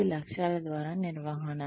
ఇది లక్ష్యాల ద్వారా నిర్వహణ